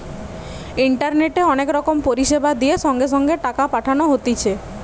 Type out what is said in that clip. ইন্টারনেটে অনেক রকম পরিষেবা দিয়ে সঙ্গে সঙ্গে টাকা পাঠানো হতিছে